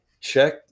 check